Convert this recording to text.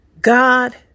God